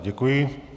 Děkuji.